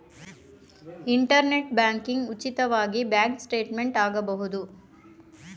internet banking ಉಚಿತವಾಗಿ bank statement ಬಹುದು